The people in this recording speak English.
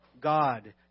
God